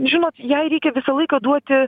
žinot jai reikia visą laiką duoti